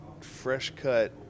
fresh-cut